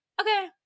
okay